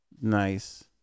nice